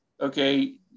okay